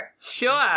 Sure